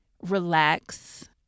relax